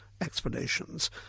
explanations